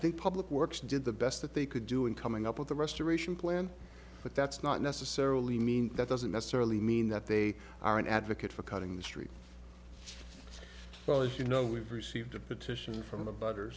think public works did the best that they could do in coming up with the restoration plan but that's not necessarily mean that doesn't necessarily mean that they are an advocate for cutting the street but you know we've received a petition from the better